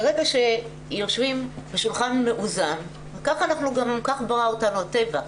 ברגע שיושבים בשולחן מאוזן, כך גם ברא אותנו הטבע,